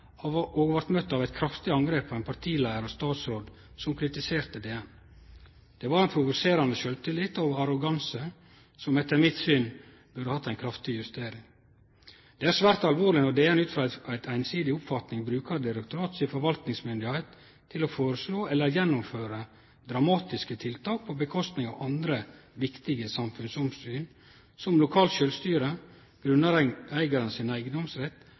og vart møtt av eit kraftig angrep på ein partileiar og ein statsråd som kritiserte DN. Det var ein provoserande sjølvtillit og arroganse som etter mitt syn burde hatt ei kraftig justering. Det er svært alvorleg når direktoratet ut frå ei einsidig oppfatning brukar direktoratet si forvaltningsmyndigheit til å føreslå eller gjennomføre dramatiske tiltak som går ut over andre viktige samfunnsomsyn, som lokalt sjølvstyre, grunneigarar sin eigedomsrett